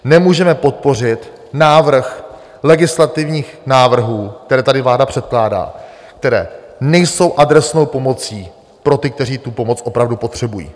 Nemůžeme podpořit návrh legislativních návrhů, které tady vláda předkládá, které nejsou adresnou pomocí pro ty, kteří tu pomoc opravdu potřebují.